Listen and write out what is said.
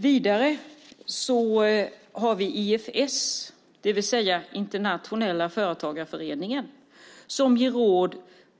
Vidare har vi IFS, det vill säga Internationella Företagarföreningen, som ger råd